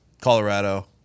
Colorado